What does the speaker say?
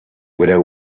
without